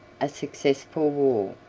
a successful war.